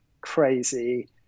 crazy